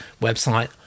website